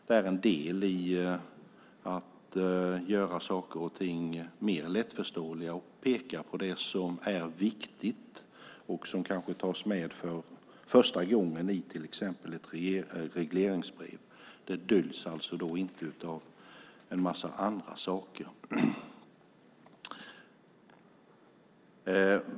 Det är en del i att göra saker och ting mer lättförståeliga och peka på det som är viktigt och som kanske tas med första gången i till exempel ett regleringsbrev. Det döljs då alltså inte av en massa andra saker.